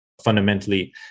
fundamentally